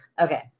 Okay